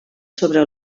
sobre